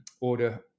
order